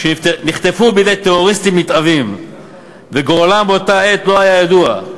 שנחטפו בידי טרוריסטים נתעבים וגורלם באותה עת לא היה ידוע,